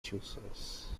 choosers